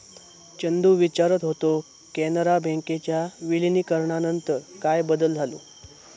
चंदू विचारत होतो, कॅनरा बँकेच्या विलीनीकरणानंतर काय बदल झालो?